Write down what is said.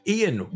Ian